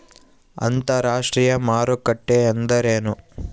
ಅಂತರಾಷ್ಟ್ರೇಯ ಮಾರುಕಟ್ಟೆ ಎಂದರೇನು?